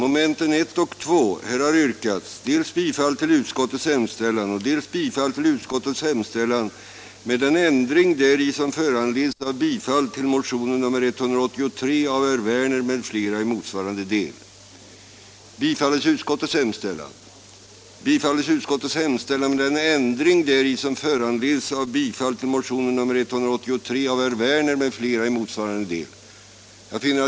den det ej vill röstar nej. 210 den det ej vill röstar nej. den det ej vill röstar nej. den det ej vill röstar nej. den det ej vill röstar nej. den det ej vill röstar nej. den det ej vill röstar nej.